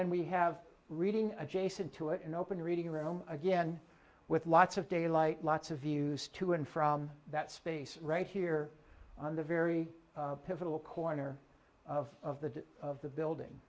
then we have a reading adjacent to it an open reading room again with lots of daylight lots of views to and from that space right here on the very pivotal corner of the of the building